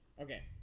Okay